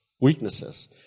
weaknesses